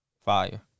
fire